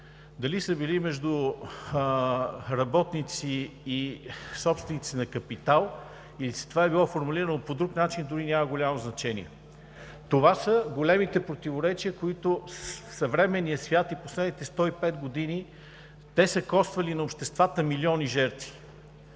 дали са били между работници и собственици на капитал, или това е било формулирано по друг начин, дори няма голямо значение. Това са големите противоречия, които в съвременния свят, в последните 105 години са коствали на обществата милиони жертви.